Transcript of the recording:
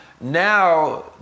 now